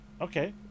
Okay